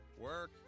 work